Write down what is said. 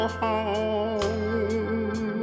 home